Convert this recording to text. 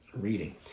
reading